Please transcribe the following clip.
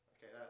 Okay